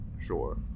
sure